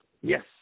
Yes